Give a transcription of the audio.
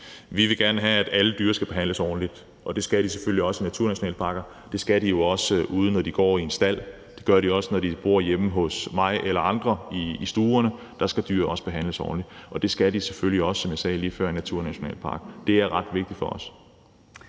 Vi vil gerne have, at alle dyr skal behandles ordentligt, og det skal de selvfølgelig også i naturnationalparker. Det skal de jo også, når de går ude i en stald, og det gør de også, når de bor hjemme i stuerne hos mig eller andre. Der skal dyr også behandles ordentligt, og det skal de, som jeg sagde lige før, selvfølgelig også i en naturnationalpark. Det er ret vigtigt for os.